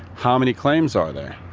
how many claims are there?